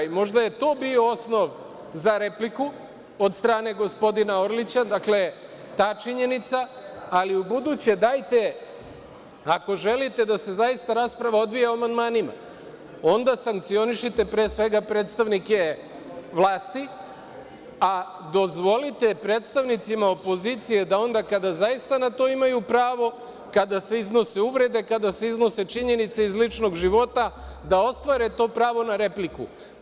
Možda je to bio osnov za repliku od strane gospodina Orlića, dakle ta činjenica, ali ubuduće dajte ako želite da se zaista rasprava odvija o amandmanima, onda sankcionišite, pre svega, predstavnike vlasti, a dozvolite predstavnicima opozicije da onda kada zaista na to imaju pravo, kada se iznose uvrede, kada se iznose činjenice iz ličnog života, da ostvare to pravo na repliku.